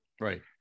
Right